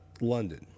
London